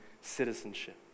citizenship